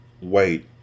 wait